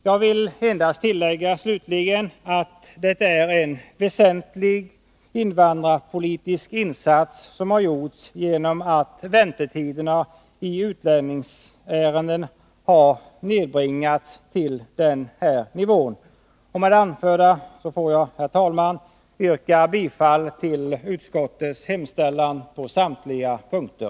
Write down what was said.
Jag vill endast tillägga att det är en väsentlig invandrarpolitisk insats som gjorts genom att väntetiderna i utlänningsärenden nedbringats till ”normal” nivå. Med det anförda får jag, herr talman, yrka bifall till utskottets hemställan på samtliga punkter.